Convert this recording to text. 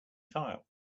tile